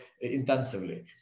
intensively